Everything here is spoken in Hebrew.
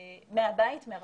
מהבית, מרחוק.